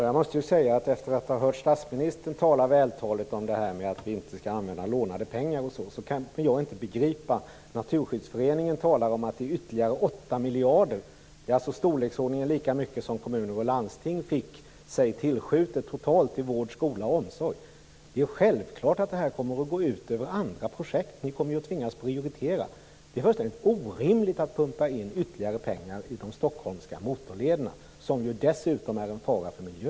Fru talman! Jag har hört statsministern vältaligt säga att man inte skall låna pengar. Naturskyddsföreningen talar om att det är fråga om ytterligare 8 miljarder, i storleksordning lika mycket som kommuner och landsting totalt fick sig tillskjutet för vård, skola och omsorg. Det är självklart att detta kommer att gå ut över andra projekt. Ni kommer att tvingas att prioritera. Det är fullständigt orimligt att pumpa in ytterligare pengar i de stockholmska motorlederna. De är dessutom en fara för miljön.